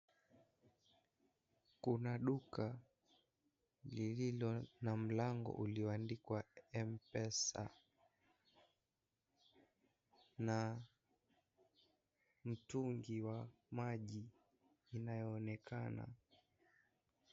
Kuna duka lililo na mlango ulioandikwa mpesa na mtungi wa maji inayoonekana.